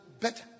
better